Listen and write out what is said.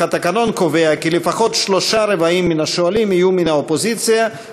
אך התקנון קובע כי לפחות שלושה-רבעים מן השואלים יהיו מן האופוזיציה,